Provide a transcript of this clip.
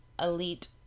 elite